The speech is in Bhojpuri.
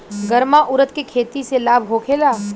गर्मा उरद के खेती से लाभ होखे ला?